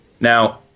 Now